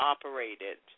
Operated